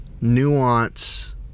Nuance